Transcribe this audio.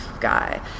guy